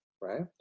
right